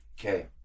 Okay